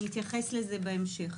אני אתייחס לזה בהמשך.